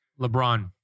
LeBron